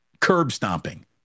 Curb-stomping